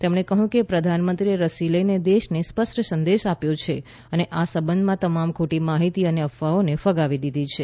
તેમણે કહ્યું કે પ્રધાનમંત્રીએ રસી લઈને દેશને સ્પષ્ટ સંદેશ આપ્યો છે અને આ સંબંધમાં તમામ ખોટી માહિતી અને અફવાઓને ફગાવી દીધી છે